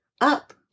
up